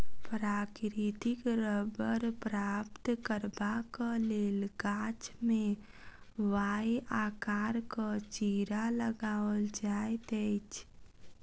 प्राकृतिक रबड़ प्राप्त करबाक लेल गाछ मे वाए आकारक चिड़ा लगाओल जाइत अछि